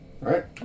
Right